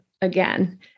Again